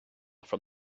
from